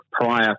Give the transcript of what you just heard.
prior